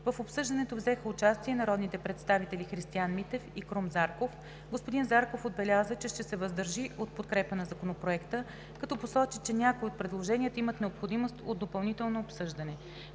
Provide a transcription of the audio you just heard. В обсъждането взеха участие народните представители Христиан Митев и Крум Зарков. Господин Зарков отбеляза, че ще се въздържи от подкрепа на Законопроекта, като посочи, че някои от предложенията имат необходимост от допълнително обсъждане.